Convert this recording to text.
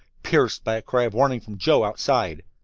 pierced by a cry of warning from joe, outside.